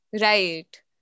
Right